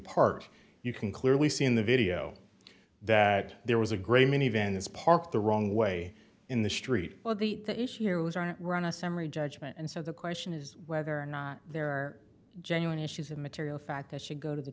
part you can clearly see in the video that there was a great many of in this park the wrong way in the street well the the issue here was aren't run a summary judgment and so the question is whether or not there are genuine issues of material fact that should go to the